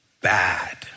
bad